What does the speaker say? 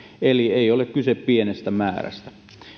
eli ei ole kyse pienestä määrästä